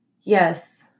Yes